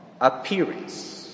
appearance